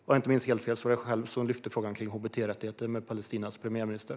Om jag inte minns helt fel var det jag själv som lyfte upp frågan om hbt-rättigheter med Palestinas premiärminister.